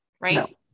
right